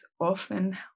often